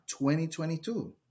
2022